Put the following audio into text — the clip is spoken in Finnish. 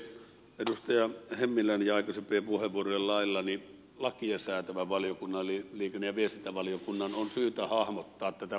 edustaja hemmilän ja aikaisempien puheenvuorojen käyttäjien lailla ajattelen että lakia säätävän valiokunnan eli liikenne ja viestintävaliokunnan on syytä hahmottaa tätä kokonaisuutta